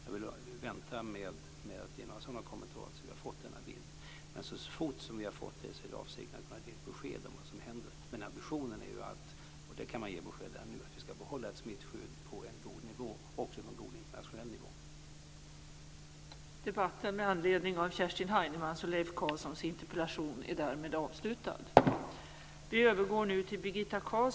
Jag vill vänta med att ge sådana kommentarer tills vi har fått denna bild. Men så fort vi har fått det är det min avsikt att ge besked om vad som händer.